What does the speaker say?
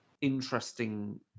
Interesting